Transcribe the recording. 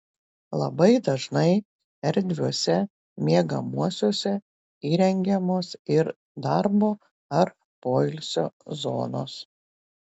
labai dažnai erdviuose miegamuosiuose įrengiamos ir darbo ar poilsio zonos